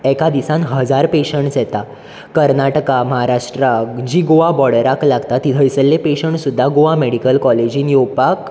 एका दिसान हजार पेशंट्स येता कर्नाटका महाराष्ट्रा जी गोवा बोडराक लागता ती थंयसल्ले पेशंट्स सुद्दां गोवा मॅडीकल कॉलेजींन येवपाक